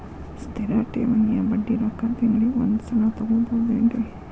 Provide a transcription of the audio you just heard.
ಸ್ಥಿರ ಠೇವಣಿಯ ಬಡ್ಡಿ ರೊಕ್ಕ ತಿಂಗಳಿಗೆ ಒಂದು ಸಲ ತಗೊಬಹುದೆನ್ರಿ?